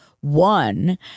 one